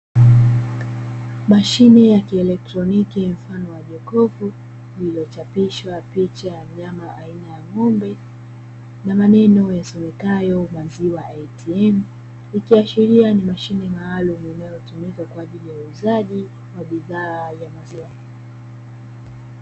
Mashine ya kielektroniki mfano wa jokofu lililochapishwa picha ya mnyama aina ya ng'ombe, na maneno yasomekayo "maziwa eitiem " ikiashiria ni mashine maalumu inayotumika kwa ajili ya uuzaji wa bidhaa ya maziwa.